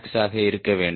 866maxஆக இருக்க வேண்டும்